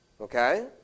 Okay